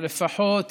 לפחות